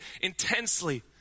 intensely